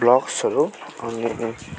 ब्लग्सहरू अनि